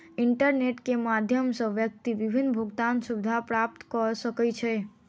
internet के माध्यम सॅ व्यक्ति विभिन्न भुगतान सुविधा प्राप्त कय सकै छै